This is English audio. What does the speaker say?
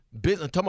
business